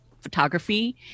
photography